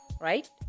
Right